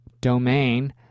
domain